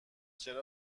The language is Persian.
چرا